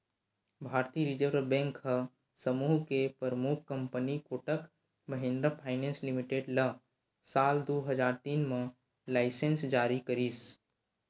भारतीय reserve bank ह समूह के परमुख company Kotak Mahindra finance limited ल साल दू हजार तीन म लाइनेंस जारी करिस